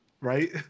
Right